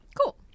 Cool